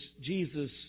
Jesus